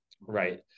right